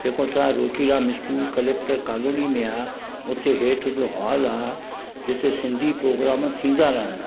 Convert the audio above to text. जेको असांजो Ruchiram school collector colony में आहे उते हेठि जो हॉल आहे जिते सिंधी प्रोग्राम थींदा रहंदा आहिनि